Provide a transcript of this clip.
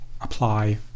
Apply